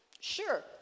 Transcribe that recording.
Sure